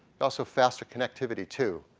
also faster connectivity too.